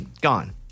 Gone